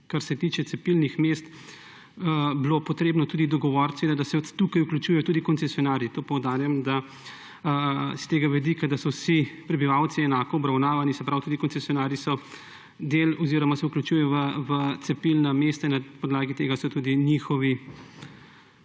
Kar se tiče cepilnih mest, se je bilo treba tudi dogovoriti, da se od tukaj vključujejo tudi koncesionarji. To poudarjam s tega vidika, da so vsi prebivalci enako obravnavami, se pravi tudi koncesionarji se vključujejo v cepilna mesta in na podlagi tega so tudi njihovi